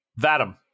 Vadim